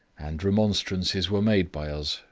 and remonstrances were made by us,